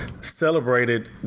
celebrated